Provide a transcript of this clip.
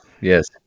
yes